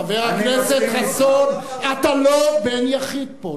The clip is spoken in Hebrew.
חבר הכנסת חסון, העולם הערבי, אתה לא בן יחיד פה.